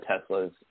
Tesla's